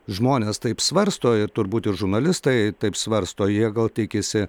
žmonės taip svarsto ir turbūt ir žurnalistai taip svarsto jie gal tikisi